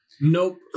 Nope